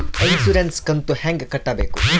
Insurance ಕಂತು ಹೆಂಗ ಕಟ್ಟಬೇಕು?